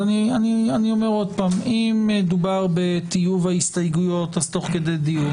אם מדובר בטיוב ההסתייגויות אז תוך כדי דיון,